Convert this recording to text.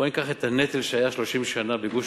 בואו ניקח את הנטל שהיה 30 שנה בגוש-קטיף.